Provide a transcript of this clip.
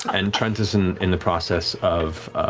and trent is and in the process of